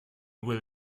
will